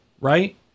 right